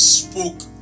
spoke